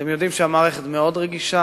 אתם יודעים שהמערכת מאוד רגישה,